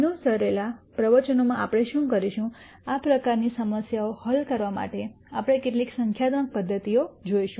અનુસરેલા પ્રવચનોમાં આપણે શું કરીશું આ પ્રકારની સમસ્યાઓ હલ કરવા માટે આપણે કેટલીક સંખ્યાત્મક પદ્ધતિઓ જોશું